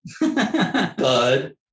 bud